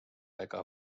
ega